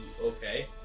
okay